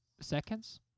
seconds